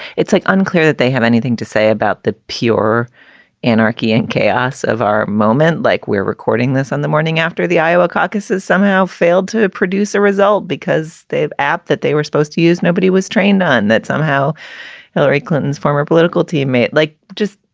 it's like unclear that they have anything to say about the pure anarchy and chaos of our moment, like we're recording this on the morning after the iowa caucuses somehow failed to produce a result because they've app that they were supposed to use nobody was trained on that somehow hillary clinton's former political team mate, like just,